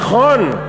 נכון,